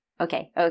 okay